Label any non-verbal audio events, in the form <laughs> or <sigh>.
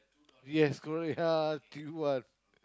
yes correct yeah <laughs> cute one